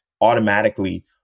automatically